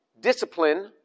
Discipline